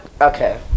Okay